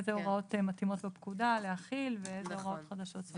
איזה הוראות מתאימות בפקודה להכיל ואיזה הוראות חדשות.